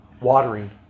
watering